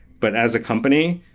but as a company.